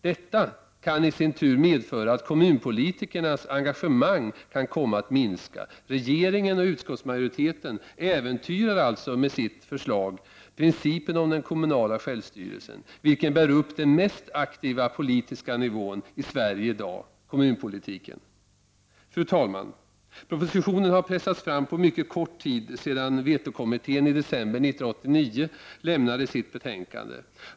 Detta kan i sin tur medföra att kommunpolitikernas engagemang minskar. Regeringen och utskottsmajoriteten äventyrar alltså med sitt förslag principen om den kommunala självstyrelsen, vilken bär upp den mest aktiva politiska nivån i Sverige i dag — kommunpolitiken! Fru talman! Propositionen har pressats fram på mycket kort tid sedan vetokommittén i december 1989 avlämnade sitt betänkande.